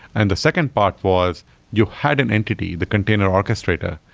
and the second part was you had an entity, the container orchestrator,